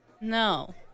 No